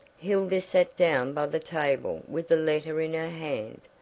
hilda sat down by the table with the letter in her hand,